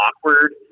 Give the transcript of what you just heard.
awkward